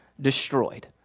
destroyed